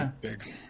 big